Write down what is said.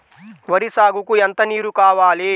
వరి సాగుకు ఎంత నీరు కావాలి?